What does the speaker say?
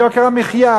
יוקר המחיה,